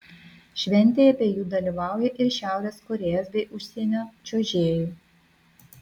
šventėje be jų dalyvauja ir šiaurės korėjos bei užsienio čiuožėjų